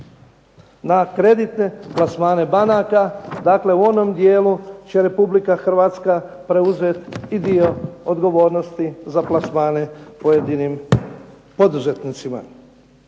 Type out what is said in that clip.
Na kreditne plasmane banaka, dakle u onom dijelu će Republika Hrvatska preuzeti dio odgovornosti za plasmane pojedinim poduzetnicima.